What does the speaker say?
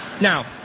Now